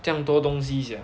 这样多东西 sia